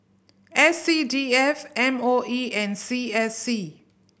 S C D F M O E and C S C